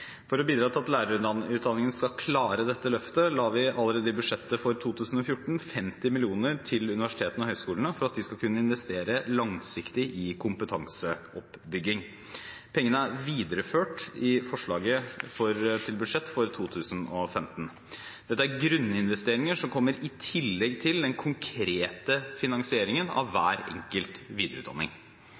For å bidra til at lærerutdanningene skal klare dette løftet, la vi allerede i budsjettet for 2014 50 mill. kr til universitetene og høyskolene for at de skal kunne investere langsiktig i kompetanseoppbygging. Pengene er videreført i forslaget til budsjett for 2015. Dette er grunninvesteringer som kommer i tillegg til den konkrete finanseringen av hver enkelt videreutdanning.